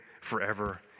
forever